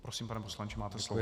Prosím, pane poslanče, máte slovo.